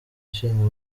ishinga